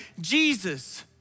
Jesus